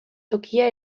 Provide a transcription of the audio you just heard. tokia